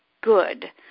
good